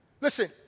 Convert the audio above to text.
Listen